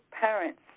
parents